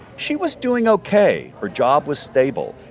she was doing ok. her job was stable.